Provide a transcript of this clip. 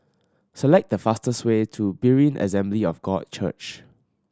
select the fastest way to Berean Assembly of God Church